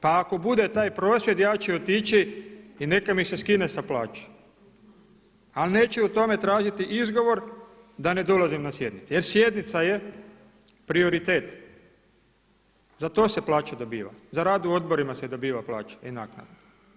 Pa ako bude taj prosvjed ja ću otići i neka mi se skine sa plaće, ali neću o tome tražiti izgovor da ne dolazim na sjednice jer sjednica je prioritet za to se plaća dobiva, za rad u odborima se dobiva plaća i naknada.